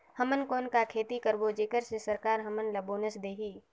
हमन कौन का खेती करबो जेकर से सरकार हमन ला बोनस देही?